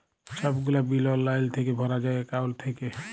ছব গুলা বিল অললাইল থ্যাইকে ভরা যায় একাউল্ট থ্যাইকে